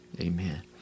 Amen